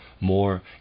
more